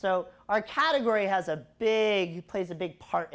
so our category has a big plays a big part